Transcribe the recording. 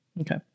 okay